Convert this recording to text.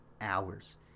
hours